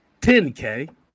10K